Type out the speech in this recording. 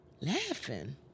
laughing